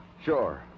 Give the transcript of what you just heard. Sure